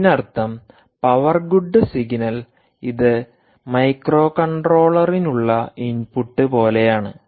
ഇതിനർത്ഥം power good signal ഇത് മൈക്രോകൺട്രോളറിനുളള ഇൻപുട്ട് പോലെയാണ്